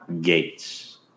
Gates